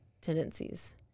tendencies